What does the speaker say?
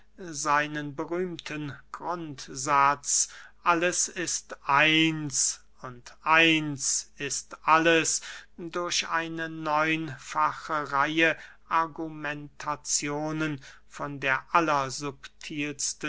seinen berühmten grundsatz alles ist eins und eins ist alles durch eine neunfache reihe argumentazionen von der